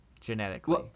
genetically